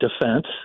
Defense